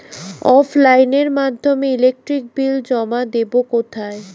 অফলাইনে এর মাধ্যমে ইলেকট্রিক বিল জমা দেবো কোথায়?